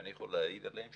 ואני יכול להעיד עליהם,